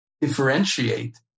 differentiate